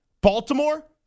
Baltimore